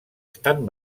estan